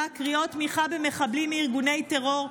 קריאות תמיכה במחבלים מארגוני טרור,